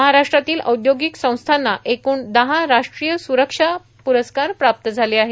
महाराष्ट्रातील औद्योगिक संस्थांना एकूण दहा राष्ट्रीय सुरक्षा पुरस्कार प्राप्त झाले आहेत